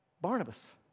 Barnabas